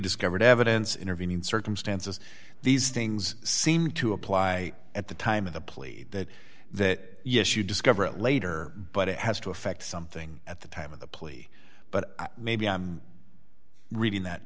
discovered evidence intervening circumstances these things seem to apply at the time of the plea that that yes you discover it later but it has to affect something at the time of the plea but maybe i'm reading that